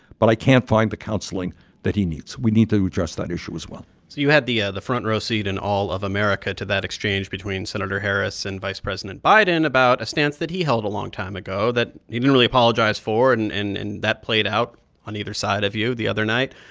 but i can't find the counselling that he needs. we need to address that issue as well so you had the ah the front-row seat in all of america to that exchange between senator harris and vice president biden about a stance that he held a long time ago that he didn't really apologize for. and and and that played out on either side of you the other night.